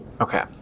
Okay